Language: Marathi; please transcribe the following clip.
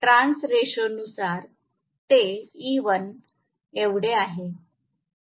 कारण टर्न्स रेशो नुसार ते E1 एवढे आहे